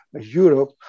Europe